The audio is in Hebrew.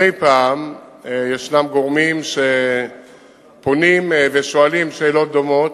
מדי פעם פונים גורמים שונים ושואלים שאלות דומות.